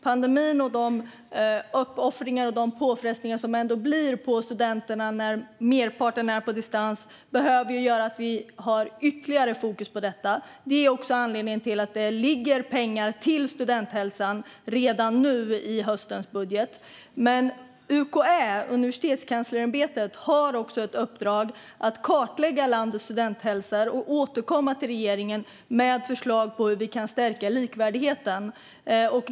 Pandemin och de uppoffringar och påfrestningar som det innebär för studenterna när merparten av undervisningen är på distans gör att vi behöver ha ytterligare fokus på detta. Det är också anledningen till att det finns pengar till studenthälsan redan nu i höstens budget. UKÄ, Universitetskanslersämbetet, har också ett uppdrag att kartlägga landets studenthälsa och återkomma till regeringen med förslag på hur vi kan stärka likvärdigheten.